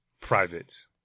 private